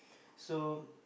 so